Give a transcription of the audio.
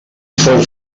fou